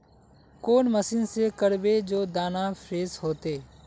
कौन मशीन से करबे जे दाना फ्रेस होते?